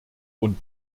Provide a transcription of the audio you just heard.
und